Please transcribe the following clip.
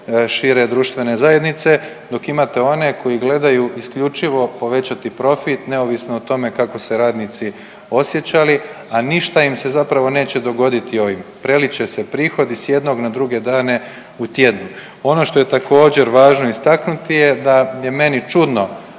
šire društvene zajednice dok imate one koji gledaju isključivo povećati profit neovisno o tome kako se radnici osjećali, a ništa im se zapravo neće dogoditi ovim. Prelit će se prihodi s jednog na druge dane u tjednu. Ono što je također važno istaknuti je da je meni čudno,